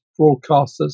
broadcasters